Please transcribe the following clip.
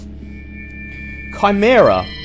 chimera